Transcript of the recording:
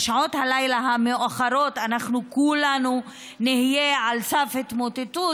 בשעות הלילה המאוחרות אנחנו כולנו נהיה על סף התמוטטות,